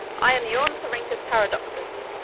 i am the ornithorhynchus paradoxus!